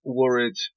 worried